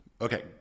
okay